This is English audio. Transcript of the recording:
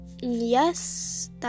Yes